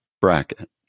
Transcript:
bracket